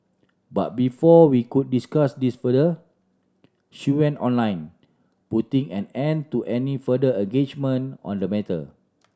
but before we could discuss this further she went online putting an end to any further engagement on the matter